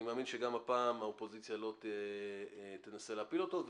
מאמין שגם הפעם האופוזיציה לא תנסה להפיל אותו.